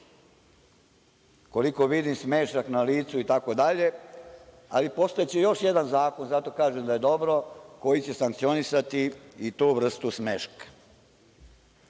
koliko vidim smešak na licu itd, ali postaće još jedan zakon, zato kažem da je dobro, koji će sankcionisati i tu vrstu smeška. Kad